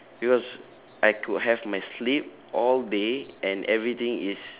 because I could have my sleep all day and everything is